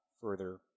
further